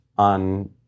on